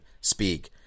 speak